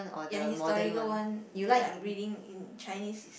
ya historical one that I'm reading in Chinese